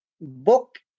Book